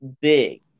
big